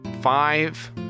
five